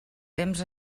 temps